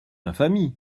infamie